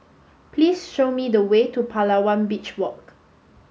please show me the way to Palawan Beach Walk